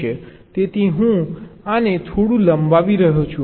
તેથી હું આને થોડું લંબાવી રહ્યો છું